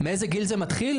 מאיזה גיל זה מתחיל?